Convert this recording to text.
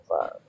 five